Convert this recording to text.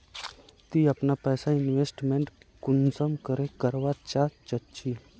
ती अपना पैसा इन्वेस्टमेंट कुंसम करे करवा चाँ चची?